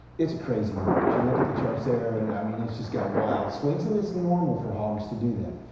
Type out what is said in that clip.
it's a crazy market. you look at the charts there and i mean it's just got wild swings and it's normal for hogs to do that.